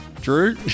Drew